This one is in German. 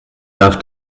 darf